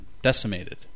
decimated